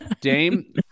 Dame